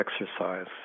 exercise